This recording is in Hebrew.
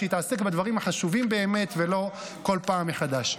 שיתעסק בדברים החשובים באמת ולא כל פעם מחדש.